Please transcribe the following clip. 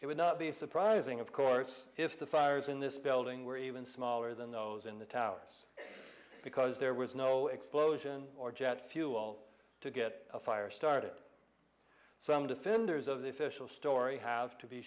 it would not be surprising of course if the fires in this building were even smaller than those in the towers because there was no explosion or jet fuel to get a fire started some defenders of the official story have to be